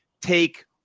take